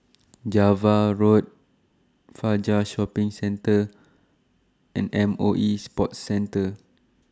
Java Road Fajar Shopping Centre and M O E Sports Centre